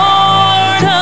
Lord